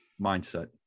Mindset